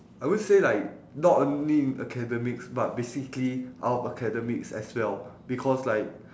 I would say like not only in academics but basically out of academics as well because like